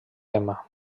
lema